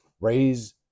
raise